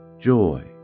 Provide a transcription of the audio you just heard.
Joy